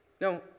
Now